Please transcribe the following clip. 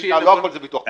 ביטוח פיקדונות.